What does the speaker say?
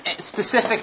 specific